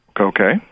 Okay